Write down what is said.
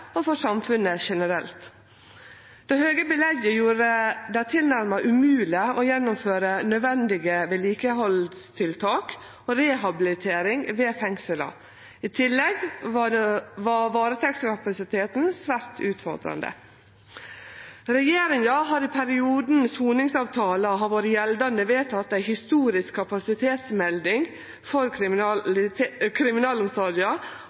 og for samfunnet generelt. Det høge belegget gjorde det tilnærma umogleg å gjennomføre nødvendige vedlikehaldstiltak og rehabilitering ved fengsla. I tillegg var varetektskapasiteten svært utfordrande. Regjeringa har i perioden soningsavtala har vore gjeldande, vedteke ei historisk kapasitetsmelding for kriminalomsorga